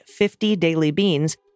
50DailyBeans